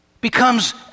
becomes